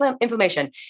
inflammation